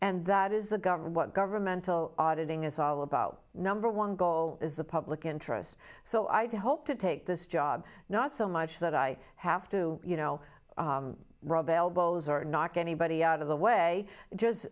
and that is the government what governmental auditing is all about number one goal is the public interest so i do hope to take this job not so much that i have to you know rub elbows or knock anybody out of the way just